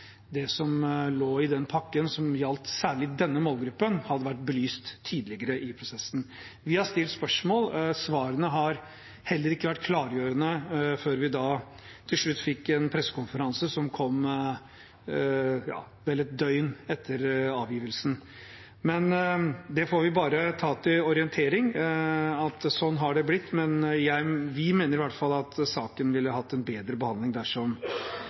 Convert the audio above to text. det som lå i den pakken som gjaldt særlig denne målgruppen, hadde vært belyst tidligere i prosessen. Vi har stilt spørsmål, og svarene har heller ikke vært klargjørende, før vi til slutt fikk en pressekonferanse, som kom vel et døgn etter avgivelsen. Vi får bare ta til orientering at sånn har det blitt, men vi mener i hvert fall at saken ville fått en bedre behandling dersom